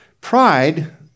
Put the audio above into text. Pride